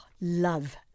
love